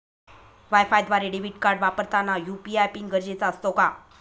वायफायद्वारे debit card वापरताना UPI PIN गरजेचा असतो का?